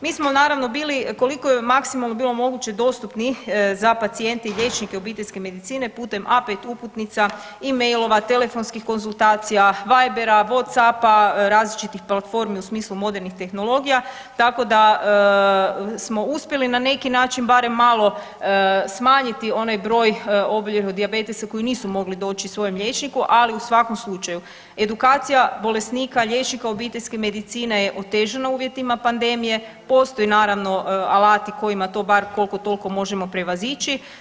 Mi smo naravno bili koliko je maksimalno bilo moguće dostupni za pacijente i liječnike obiteljske medicine putem A5 uputnica, emailova, telefonskih konzultacija, Vibera, Whatsappa, različitih platformi u smislu modernih tehnologija, tako da smo uspjeli na neki način barem malo smanjiti onaj broj oboljelih od dijabetesa koji nisu mogli doći svojem liječniku, ali u svakom slučaju edukacija bolesnika, liječnika obiteljske medicine je otežano u uvjetima pandemije, postoje naravno alati kojima to bar koliko toliko možemo prevazići.